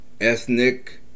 ethnic